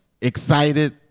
excited